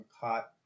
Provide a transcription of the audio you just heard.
hot